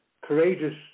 courageous